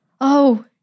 Oh